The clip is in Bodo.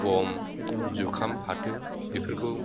गम जुखाम फाथो बेफोरखौ